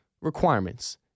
requirements